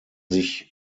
sich